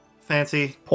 Fancy